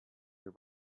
your